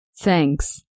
Thanks